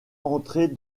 entrer